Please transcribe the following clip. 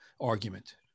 argument